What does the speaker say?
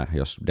jos